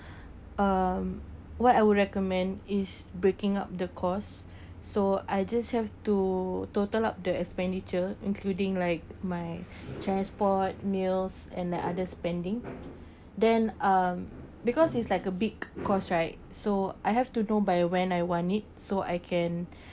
um what I would recommend is breaking up the cost so I just have to total up the expenditure including like my transport meals and like other spending then um because it's like a big cost right so I have to know by when I want it so I can